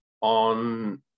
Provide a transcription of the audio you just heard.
on